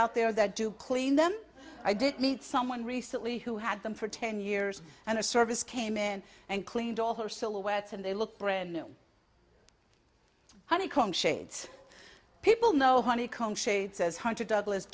out there that do clean them i did meet someone recently who had them for ten years and a service came in and cleaned all her silhouettes and they looked brand new honeycomb shades people know honeycomb shade says hunter douglas